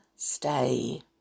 Stay